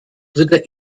dritter